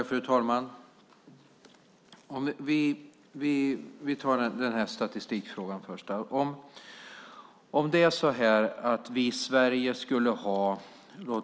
Fru talman! Vi tar statistikfrågan först.